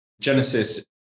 genesis